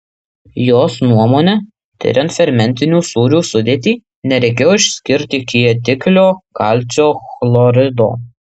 jos nuomone tiriant fermentinių sūrių sudėtį nereikėjo išskirti kietiklio kalcio chlorido